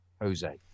Jose